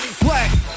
black